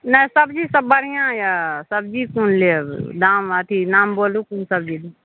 नहि सबजी सब बढ़िआँ यऽ सबजी कोन लेब दाम अथी नाम बोलू सबजीके